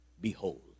Behold